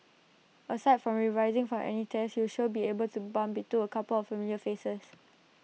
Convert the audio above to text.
aside from revising for any tests you shall be sure to bump into A couple of familiar faces